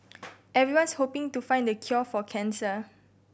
everyone's hoping to find the cure for cancer